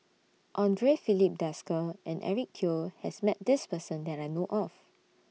Andre Filipe Desker and Eric Teo has Met This Person that I know of